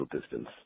distance